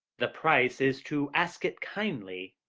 the price is to ask it kindly.